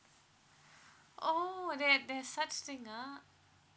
oh there there's such thing ah